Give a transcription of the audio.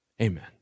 Amen